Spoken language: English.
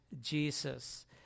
Jesus